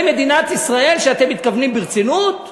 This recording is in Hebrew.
מדינת ישראל שאתם מתכוונים ברצינות?